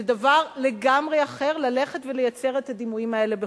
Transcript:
זה דבר לגמרי אחר ללכת ולייצר את הדימויים האלה בחו"ל.